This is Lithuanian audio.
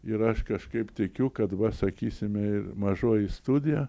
ir aš kažkaip tikiu kad va sakysime ir mažoji studija